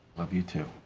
love you, too.